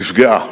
נפגעה.